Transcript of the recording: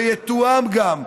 ויתואם גם.